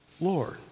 lord